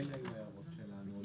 אלה היו ההערות שלנו,